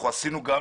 עשינו גם